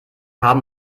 haben